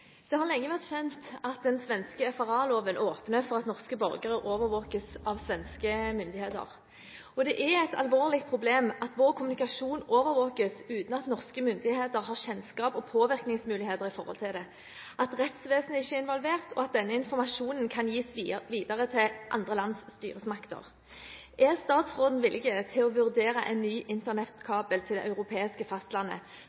har lenge vært kjent at den svenske FRA-loven åpner for at norske borgere overvåkes av svenske myndigheter. Det er et alvorlig problem at vår kommunikasjon overvåkes uten at norske myndigheter har kjennskap og påvirkningsmulighet i forhold til det, at rettsvesenet ikke er involvert, og at denne informasjonen kan gis videre til andre lands styresmakter. Er statsråden villig til å vurdere en ny